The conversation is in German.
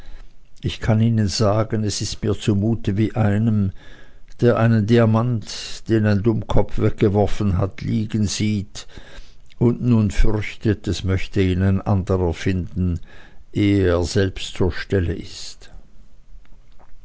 ich kann ihnen sagen es ist mir zu mute wie einem der einen diamant den ein dummkopf weggeworfen hat liegen sieht und nun fürchtet es möchte ihn ein anderer finden eh er selbst zur stelle ist